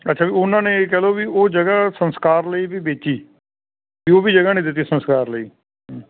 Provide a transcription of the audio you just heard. ਅੱਛਾ ਵੀ ਉਹਨਾਂ ਨੇ ਇਹ ਕਹਿ ਲਓ ਵੀ ਉਹ ਜਗ੍ਹਾ ਸੰਸਕਾਰ ਲਈ ਵੀ ਵੇਚੀ ਅਤੇ ਉਹ ਵੀ ਜਗ੍ਹਾ ਨਹੀਂ ਦਿੱਤੀ ਸੰਸਕਾਰ ਲਈ